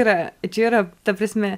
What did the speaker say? yra čia yra ta prasme